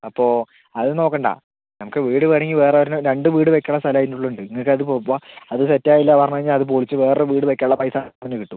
അപ്പോൾ അത് നോക്കേണ്ട നമുക്ക് വീട് വേണമെങ്കിൽ വേറെ ഒരെണ്ണം രണ്ട് വീട് വയ്ക്കണ സ്ഥലം അതിൻ്റ ഉള്ളിൽ ഉണ്ട് നിങ്ങൾക്ക് അത് പോവുമ്പം അത് സെറ്റ് ആയില്ലയെന്ന് പറഞ്ഞു കയിഞ്ഞാൽ അത് പൊളിച്ച് വേറ വീട് വയ്ക്കാനുള്ള പൈസ അതിൽ നിന്ന് കിട്ടും